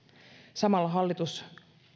samalla hallitus